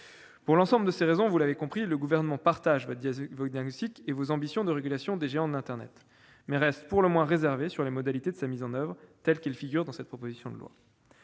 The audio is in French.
Pour l'ensemble de ces raisons, vous l'aurez compris, si le Gouvernement partage votre diagnostic et vos ambitions de régulation des géants de l'internet, il reste pour le moins réservé sur les modalités de mise en oeuvre figurant dans cette proposition de loi.